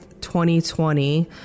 2020